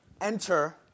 Enter